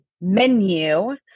menu